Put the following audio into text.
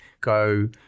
go